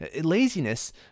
Laziness